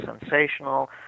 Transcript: sensational